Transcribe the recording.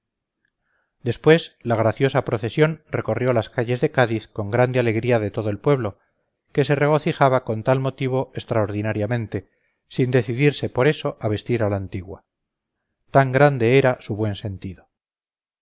después la graciosa procesión recorrió las calles de cádiz con grande alegría de todo el pueblo que se regocijaba con tal motivo extraordinariamente sin decidirse por eso a vestir a la antigua tan grande era su buen sentido